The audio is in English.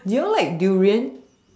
you all like durian